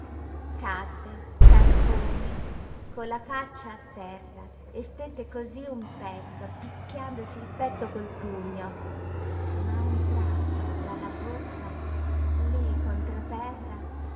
cadde carponi con la faccia a terra e stette cosí un pezzo picchiandosi il petto col pugno ma a un tratto dalla bocca lí contro terra